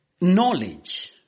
knowledge